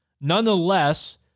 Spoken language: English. Nonetheless